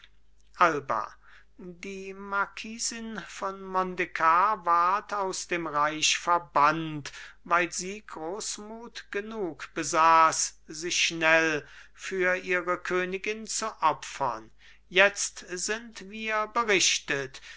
alba die marquisin von mondekar ward aus dem reich verbannt weil sie großmut genug besaß sich schnell für ihre königin zu opfern jetzt sind wir berichtet